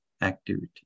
activity